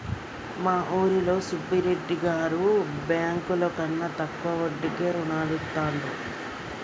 మా ఊరిలో సుబ్బిరెడ్డి గారు బ్యేంకుల కన్నా తక్కువ వడ్డీకే రుణాలనిత్తండ్రు